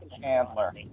Chandler